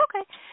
okay